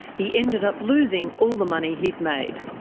he ended up losing all the money he'd made.